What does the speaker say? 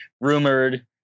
rumored